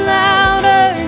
louder